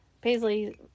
Paisley